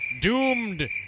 Doomed